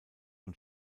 und